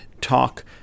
talk